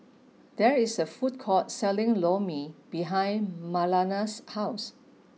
there is a food court selling Lor Mee behind Marlana's house